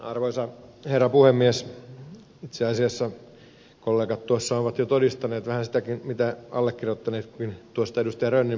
itse asiassa kollegat tuossa ovat jo todistaneet vähän sitäkin mitä allekirjoittanutkin tuosta ed